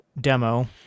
demo